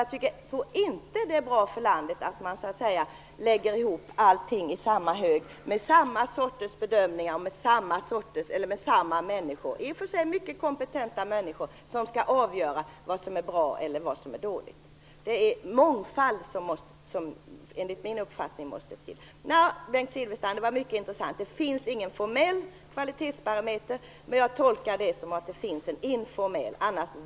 Jag tror däremot inte att det är bra för landet att man lägger ihop allting i samma hög med samma sorts bedömning av samma människor - i och för sig mycket kompetenta människor - som skall avgöra vad som är bra och vad som är dåligt. Det är mångfald som enligt min uppfattning måste till. Det var mycket intressant, Bengt Silfverstrand, att höra att det inte finns någon formell kvalitetsbarometer. Jag tolkar det som att det finns en informell.